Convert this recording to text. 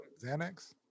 Xanax